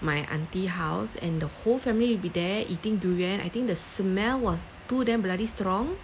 my auntie house and the whole family will be there eating durian I think the smell was too damn bloody strong